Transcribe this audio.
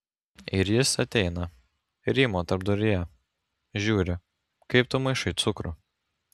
ir jis ateina rymo tarpduryje žiūri kaip tu maišai cukrų